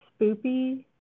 Spoopy